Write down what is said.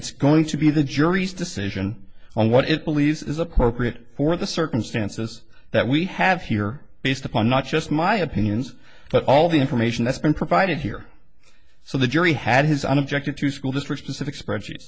it's going to be the jury's decision on what it believes is appropriate for the circumstances that we have here based upon not just my opinions but all the information that's been provided here so the jury had his unobjective to school district specific spread chee